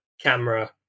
camera